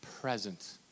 present